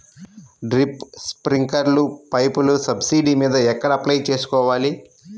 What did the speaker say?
Drip, స్ప్రింకర్లు పైపులు subsidy మీద ఎక్కడ అప్లై చేసుకోవాలి?